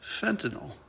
fentanyl